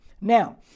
Now